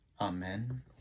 amen